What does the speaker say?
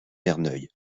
verneuil